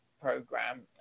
program